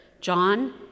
John